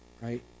right